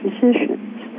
physicians